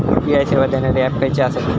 UPI सेवा देणारे app खयचे आसत?